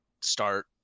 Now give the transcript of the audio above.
start